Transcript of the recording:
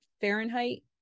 fahrenheit